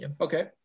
Okay